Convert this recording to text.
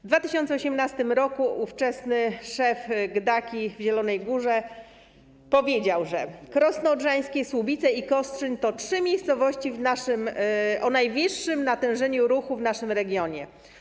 W 2018 r. ówczesny szef GDDKiA w Zielonej Górze powiedział: Krosno Odrzańskie, Słubice i Kostrzyn to trzy miejscowości o najwyższym natężeniu ruchu w naszym regionie.